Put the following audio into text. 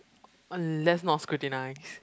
unless not scrutinise